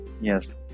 yes